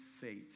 faith